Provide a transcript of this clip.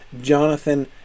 Jonathan